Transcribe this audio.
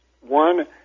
one